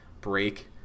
break